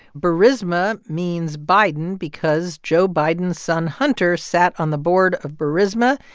burisma means biden because joe biden's son hunter sat on the board of burisma,